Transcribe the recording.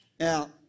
Now